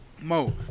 Mo